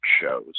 shows